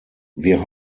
wir